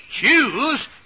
choose